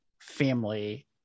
family